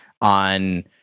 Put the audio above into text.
on